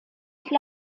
ich